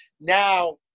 now